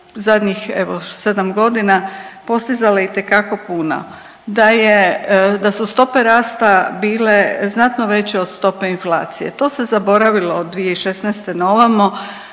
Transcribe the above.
zadnjih evo sedam godina postizala itekako puno, da su stope rasta bile znatno veće od stope inflacije. To se zaboravilo od 2016. na ovamo